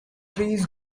trees